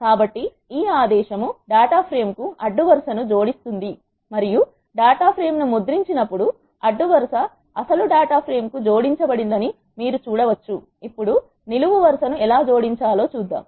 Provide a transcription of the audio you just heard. కాబట్టి ఈ ఆదేశం డేటా ప్రేమ్ కు అడ్డు వరుస ను జోడిస్తుంది మరియు డేటా ఫ్రేమ్ ను ముద్రించినప్పుడు అడ్డు వరుస అసలు డేటా ఫ్రేమ్ కు జోడించబడింది అని మీరు చూడవచ్చు ఇప్పుడు నిలువు వరుస ను ఎలా జోడించాలి చూద్దాం